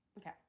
Okay